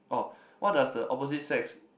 orh what does the opposite sex